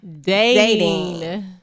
Dating